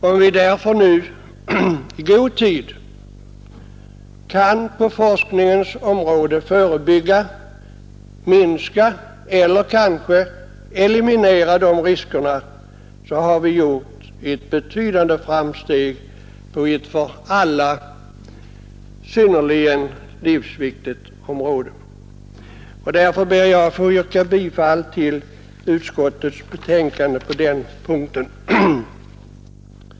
Om vi nu i god tid genom ökade forskningsinsatser kan förebygga, minska eller kanske t.o.m. eliminera de riskerna, så har vi gjort betydande framsteg på ett för oss alla livsviktigt område. Därför ber jag, att få yrka bifall till utskottets hemställan på den punkten.